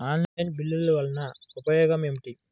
Online బిల్లుల వల్ల ఉపయోగమేమిటీ?